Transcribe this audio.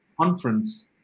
conference